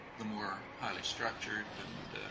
the more highly structured and